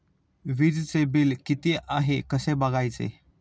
वीजचे बिल किती आहे कसे बघायचे?